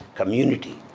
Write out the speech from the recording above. community